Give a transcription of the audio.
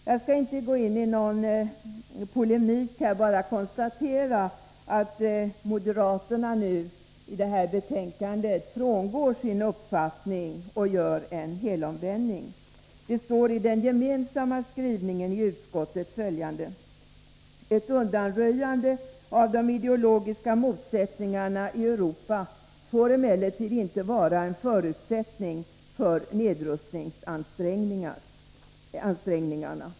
Jag skall inte gå in i någon polemik här, utan bara konstatera att moderaterna nu i betänkandet gör en helomvändning och frångår sin uppfattning. Det står i den gemensamma skrivningen i betänkandet följande: ”Ett undanröjande av de ideologiska motsättningarna i Europa får emellertid inte vara en förutsättning för nedrustningsansträngningarna.